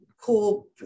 Cool